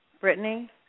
Brittany